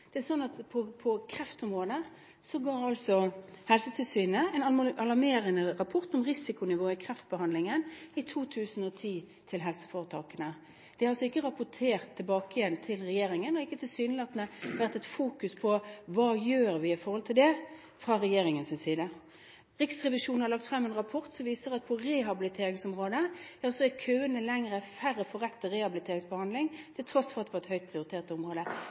Det er sånn at på kreftområdet ga Helsetilsynet en alarmerende rapport om risikonivået i kreftbehandlingen, i 2010, til helseforetakene. Det er altså ikke rapportert tilbake igjen til regjeringen, og det er tilsynelatende ikke rettet fokus på hva man gjør med det fra regjeringens side. Riksrevisjonen har lagt frem en rapport som viser at på rehabiliteringsområdet er køene lengre, færre får rett til rehabiliteringsbehandling, til tross for at dette er et høyt prioritert område.